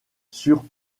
sur